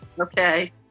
Okay